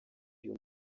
uyu